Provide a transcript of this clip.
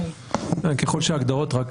רק,